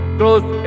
close